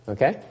Okay